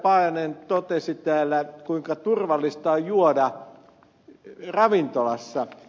paajanen totesi täällä kuinka turvallista on juoda ravintolassa